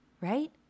right